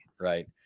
right